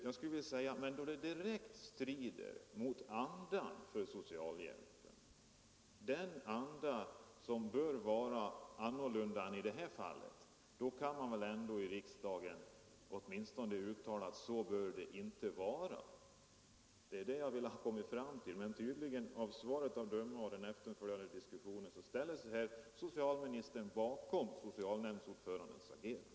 Herr talman! Men då handläggningen i det här fallet direkt strider mot andan för socialhjälpen, då kan man väl ändå i riksdagen åtminstone uttala att så bör det inte vara. Det är det jag har velat komma fram till, men av svaret och den efterföljande diskussionen att döma ställer sig här socialministern bakom socialnämndsordförandens agerande.